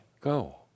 go